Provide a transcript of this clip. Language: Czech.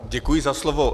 Děkuji za slovo.